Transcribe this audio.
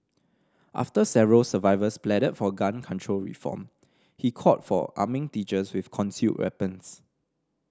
after several survivors pleaded for gun control reform he called for arming teachers with concealed weapons